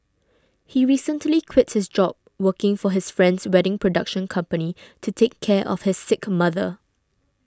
he recently quit his job working for his friend's wedding production company to take care of his sick mother